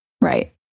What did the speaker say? Right